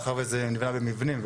מאחר ומדובר במבנים.